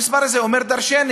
המספר הזה אומר דורשני,